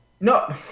No